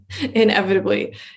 inevitably